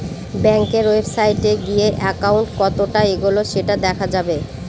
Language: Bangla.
ব্যাঙ্কের ওয়েবসাইটে গিয়ে একাউন্ট কতটা এগোলো সেটা দেখা যাবে